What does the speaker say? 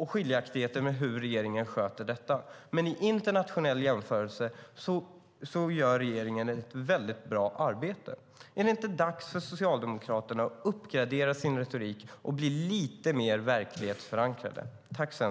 och skiljaktigheter när det gäller hur regeringen sköter detta, men i en internationell jämförelse gör regeringen ett mycket bra arbete. Är det inte dags för Socialdemokraterna att uppgradera sin retorik och bli lite mer verklighetsförankrade?